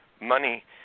money